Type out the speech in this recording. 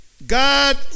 God